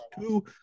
two